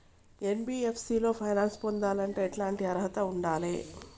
NBFC లో finance పొందాలంటే ఎట్లాంటి అర్హత ఉండాలే?